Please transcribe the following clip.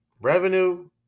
Revenue